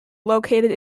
located